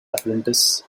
apprentice